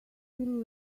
will